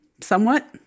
somewhat